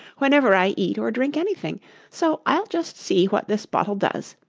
whenever i eat or drink anything so i'll just see what this bottle does.